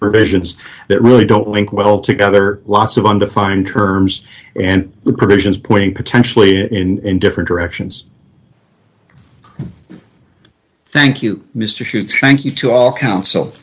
provisions that really don't link well together lots of undefined terms and provisions pointing potentially in different directions thank you mr chute thank you to all coun